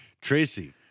Tracy